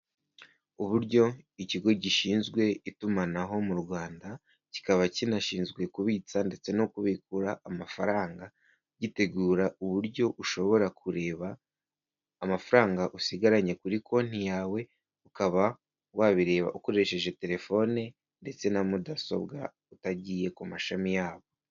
Uburyo ikigo gishinzwe itumanaho mu Rwanda, kikaba kinashinzwe kubitsa ndetse no kubikura amafaranga, gitegura uburyo ushobora kureba amafaranga usigaranye kuri konti yawe, ukaba wabireba ukoresheje telefone, ndetse na mudasobwa, utagiye ku mashami yabo.